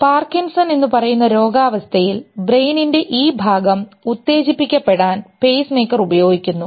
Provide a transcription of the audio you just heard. Parkinson എന്നുപറയുന്ന രോഗാവസ്ഥയിൽ ബ്രെയിനിൻറെ ഈ ഭാഗം ഉത്തേജിപ്പിക്കപ്പെടാൻ പേസ്മേക്കർ ഉപയോഗിക്കുന്നു